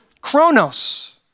chronos